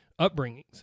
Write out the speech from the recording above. upbringings